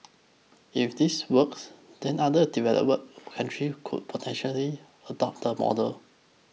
if this works then other developing country could potentially adopt the model